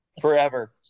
forever